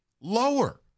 lower